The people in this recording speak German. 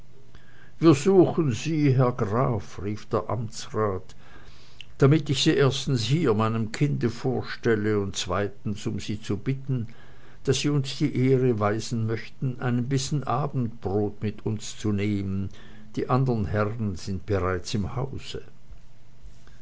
wir suchen sie herr graf rief der amtsrat damit ich sie erstens hier meinem kinde vorstelle und zweitens um sie zu bitten daß sie uns die ehre erweisen möchten einen bissen abendbrot mit uns zu nehmen die anderen herren sind bereits im hause